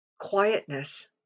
quietness